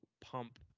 pump